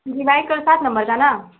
Levi का सात number डाला